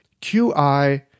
qi